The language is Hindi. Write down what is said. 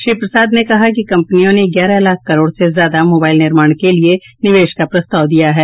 श्री प्रसाद ने कहा कि कंपनियों ने ग्यारह लाख करोड़ से ज्यादा मोबाइल निर्माण के लिये निवेश का प्रस्ताव दिया है